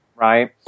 right